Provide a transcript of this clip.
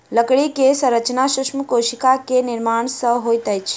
लकड़ी के संरचना सूक्ष्म कोशिका के निर्माण सॅ होइत अछि